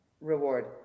reward